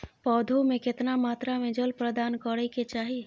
पौधों में केतना मात्रा में जल प्रदान करै के चाही?